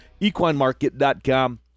equinemarket.com